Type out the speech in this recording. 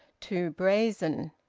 too brazen.